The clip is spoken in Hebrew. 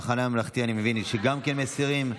אני מבין שגם קבוצת המחנה הממלכתי מסירים.